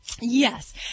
Yes